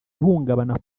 ihungabana